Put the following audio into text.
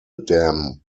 dam